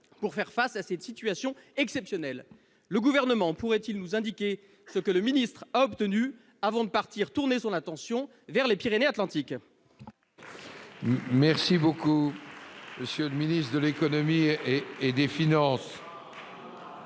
pour faire face à cette situation exceptionnelle ». Le Gouvernement pourrait-il nous indiquer ce que le ministre a obtenu avant de tourner son attention vers les Pyrénées-Atlantiques ?